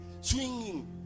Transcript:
swinging